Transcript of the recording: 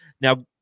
Now